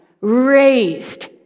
raised